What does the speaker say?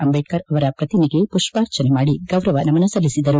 ಅಂಬೇಡ್ಕರ್ ಅವರ ಪ್ರತಿಮೆಗೆ ಪುಷ್ಪಾರ್ಚನೆ ಮಾದಿ ಗೌರವ ನಮನ ಸಲ್ಲಿಸಿದರು